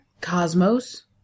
Cosmos